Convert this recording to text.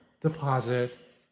deposit